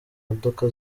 modoka